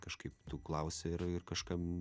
kažkaip tu klausi ir ir kažkam